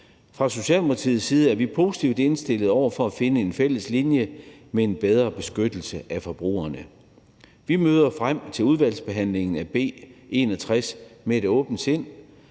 Fra Socialdemokratiets side er vi positivt indstillede over for at finde en fælles linje med en bedre beskyttelse af forbrugerne. Vi møder frem til udvalgsbehandlingen af B 61 med et åbent sind